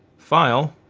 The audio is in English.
file.